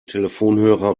telefonhörer